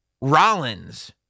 Rollins